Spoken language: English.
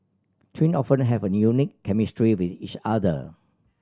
twin often have a unique chemistry with each other